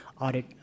audit